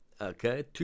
okay